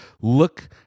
look